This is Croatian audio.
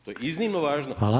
To je iznimno važno.